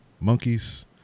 monkeys